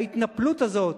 ההתנפלות הזאת,